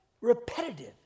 repetitive